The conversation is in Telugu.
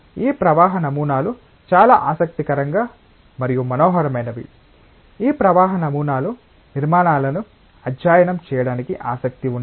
ఈ ప్రవాహ నమూనాలు చాలా ఆసక్తికరంగా మరియు మనోహరమైనవి ఈ ప్రవాహ నమూనాల నిర్మాణాలను అధ్యయనం చేయడానికి ఆసక్తి ఉంటే